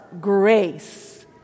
grace